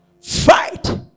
Fight